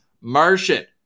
Martian